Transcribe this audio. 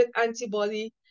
antibody